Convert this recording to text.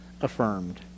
affirmed